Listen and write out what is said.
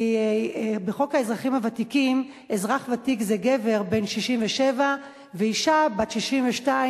כי בחוק האזרחים הוותיקים אזרח ותיק זה גבר בן 67 ואשה בת 62,